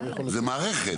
זה מערכת.